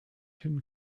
can